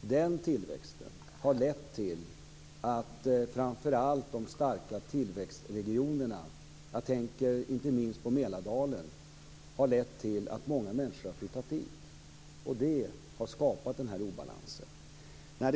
Den tillväxten har lett till att många människor flyttat till framför allt de starka tillväxtregionerna - jag tänker inte minst på Mälardalen. Det har skapat en obalans.